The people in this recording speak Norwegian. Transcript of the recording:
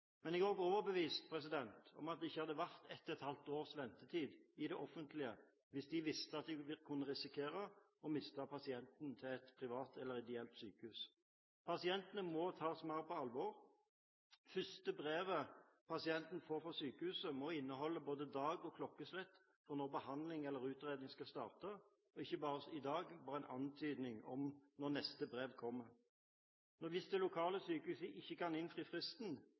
Men jeg er også overbevist om at det ikke hadde vært halvannet års ventetid i det offentlige hvis de visste at de risikerte å miste pasienten til et privat eller et ideelt sykehus. Pasientene må tas mer på alvor. Det første brevet pasienten får fra sykehuset, må inneholde både dato og klokkeslett for når behandling eller utredning skal starte, og ikke som i dag, bare en antydning om når neste brev kommer. Kan ikke det lokale sykehuset